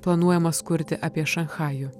planuojamas kurti apie šanchajų